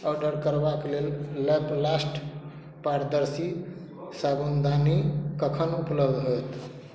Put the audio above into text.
order करबाक लेल लैपलास्ट पारदर्शी साबुनदानी कखन उपलब्ध होयत